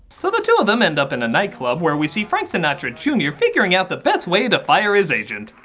so the two of them end up in a night club where we see frank sinatra jr. figuring out the best way to fire his agent.